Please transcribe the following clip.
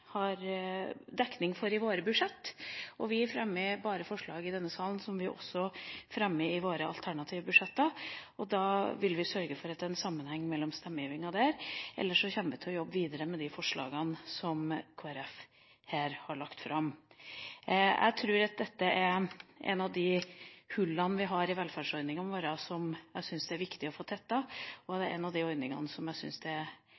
har dekning for i våre budsjetter. Vi fremmer bare forslag i denne salen som vi også fremmer i våre alternative budsjetter. Derfor vil vi sørge for at det er sammenheng i den stemmegivningen. Ellers kommer vi til å jobbe videre med de forslagene som Kristelig Folkeparti har lagt fram. Dette er et av de hullene vi har i velferdsordningene våre, som jeg syns det er viktig å få tettet, og det er en av de ordningene jeg